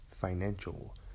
financial